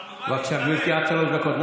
בבקשה, גברתי, עד שלוש דקות.